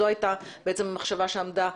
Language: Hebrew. זו הייתה המחשבה שעמדה